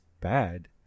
bad